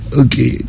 okay